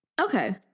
Okay